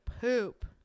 poop